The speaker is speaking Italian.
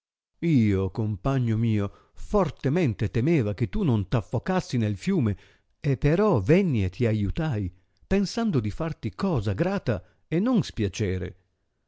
io compagno mio fortemente temeva che tu non t'affocassi nel fiume e però venni e ti aiutai pensando di farti cosa grata e non spiacere